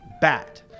bat